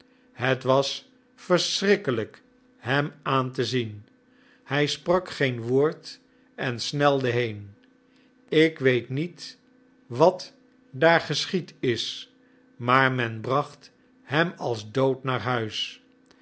het was verschrikkelijk hem aan te zien hij sprak geen woord en snelde heen ik weet niet wat daar geschied is maar men bracht hem als dood naar huis